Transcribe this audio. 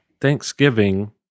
Thanksgiving